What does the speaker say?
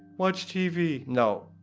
watch tv. no,